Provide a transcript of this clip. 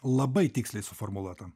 labai tiksliai suformuluota